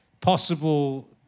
possible